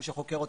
מי שחוקר אותם,